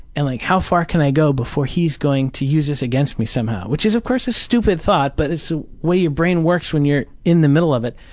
and like, how far can i go before he's going to use this against me somehow? which is, of course, a stupid thought, but it's the way your brain works when you're in the middle of it.